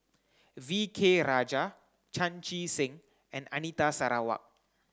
V K Rajah Chan Chee Seng and Anita Sarawak